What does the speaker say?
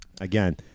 Again